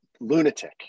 Lunatic